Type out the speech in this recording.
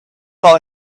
fell